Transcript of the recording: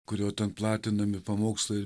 kurio ten platinami pamokslai